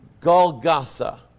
Golgotha